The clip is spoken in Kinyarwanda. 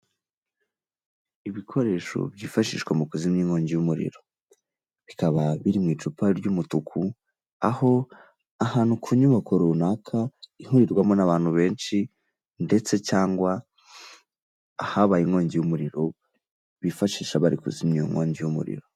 Ibikoresho byifashishwa mu kuzimya inkongi y'umuriro, bikaba biri mu icupa ry'umutuku, aho ahantu ku nyubako runaka ihurirwamo n'abantu benshi ndetse cyangwa ahabaye inkongi y'umuriro, bifashisha bari kuzimya iyo inkongi y'umuriro.